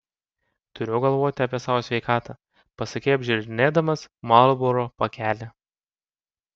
turiu galvoti apie savo sveikatą pasakei apžiūrinėdamas marlboro pakelį